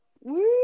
Woo